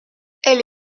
elle